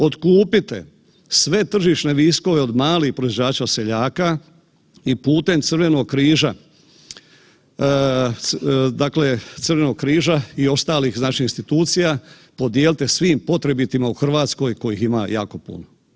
Otkupite sve tržišne viškove od malih proizvođača, od seljaka i putem Crvenog križa, dakle Crvenog križa i ostalih znači institucijama podijelite svim potrebitima u Hrvatskoj kojih ima jako puno.